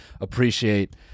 appreciate